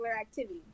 activity